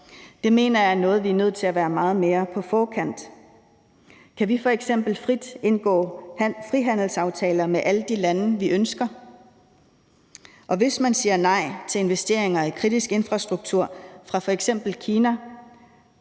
Der mener jeg vi er nødt til at være meget mere på forkant med. Kan vi f.eks. frit indgå frihandelsaftaler med alle de lande, vi ønsker? Og hvis man siger nej til investeringer i kritisk infrastruktur til f.eks. Kina,